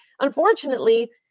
Unfortunately